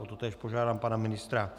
O totéž požádám pana ministra.